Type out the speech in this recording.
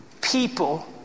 people